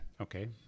Okay